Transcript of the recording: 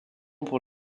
pour